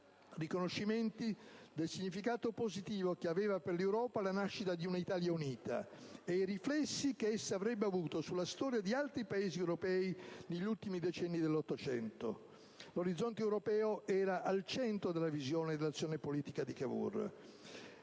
riconoscimenti del significato positivo che aveva per l'Europa la nascita di un'Italia unita e i riflessi che essa avrebbe avuto sulla storia di altri Paesi europei negli ultimi decenni dell'Ottocento. L'orizzonte europeo era al centro della visione e dell'azione politica di Cavour.